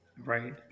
Right